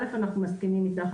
א' אנחנו מסכימים איתך,